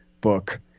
book